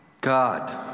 God